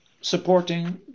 supporting